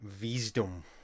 wisdom